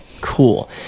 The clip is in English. cool